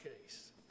case